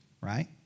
right